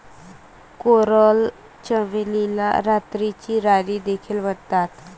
coral चमेलीला रात्रीची राणी देखील म्हणतात